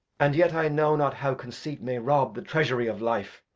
and yet i know not how conceit may rob the treasury of life,